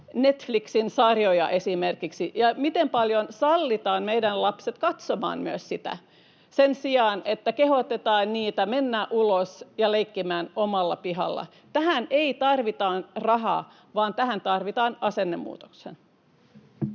Netflixin sarjoja, ja miten paljon sallitaan myös meidän lasten katsoa sitä sen sijaan, että kehotetaan niitä menemään ulos ja leikkimään omalla pihalla. Tähän ei tarvita rahaa, vaan tähän tarvitaan asennemuutosta.